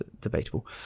debatable